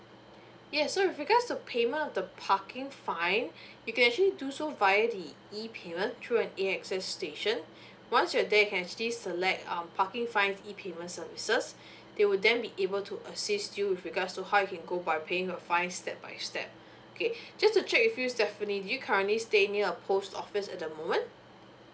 yes so with regards to payment of the parking fine you can actually do so via the e payment through an A_X_S station once you are there you can actually select um parking fines e payment services they will then be able to assist you with regards to how you can go by paying a fine step by step okay just to check with you stephanie do you currently staying near a post office at the moment